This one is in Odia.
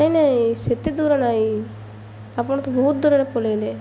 ନାଇଁ ନାଇଁ ସେତେ ଦୂର ନାଇଁ ଆପଣ ତ ବହୁତ ଦୂରରେ ପଳାଇଲେ